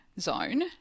zone